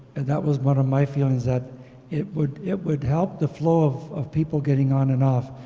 and that was one of my feelings that it would it would help the flow of of people getting on and off,